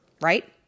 right